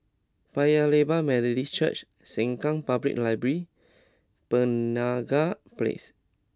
Paya Lebar Methodist Church Sengkang Public Library Penaga Place